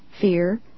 fear